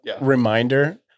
reminder